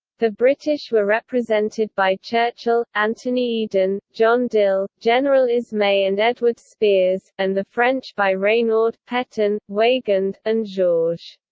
the british were represented by churchill, anthony eden, john dill, general ismay and edward spears, and the french by reynaud, petain, weygand, and georges.